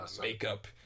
makeup